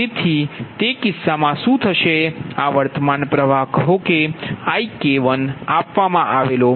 તેથી તે કિસ્સામાં શું થશે અને આ વર્તમાન પ્ર્વાહ કહો કે IK1 છે